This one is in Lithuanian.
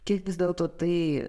kiek vis dėlto tai